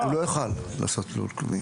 הוא לא יוכל לעשות לול כלובים.